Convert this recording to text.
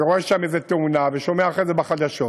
ורואה שם איזו תאונה ושומע אחרי זה בחדשות,